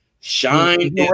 shine